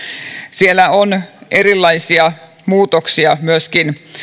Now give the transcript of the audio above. siellä on erilaisia muutoksia myöskin